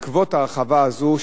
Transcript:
בעקבות ההרחבה הזו,